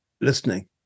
listening